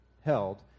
held